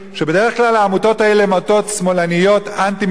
שבדרך כלל העמותות האלה הן עמותות שמאלניות אנטי-מלחמתיות,